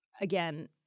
again